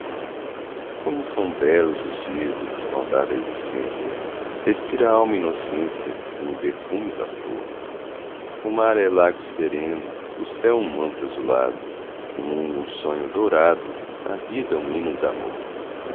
como são belos os dias do despontar da existência respira a alma inocência como perfumes a flor o mar é lago sereno o céu um manto azulado o mundo um sonho dourado a vida um hino damor